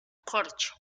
corcho